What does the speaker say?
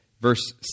verse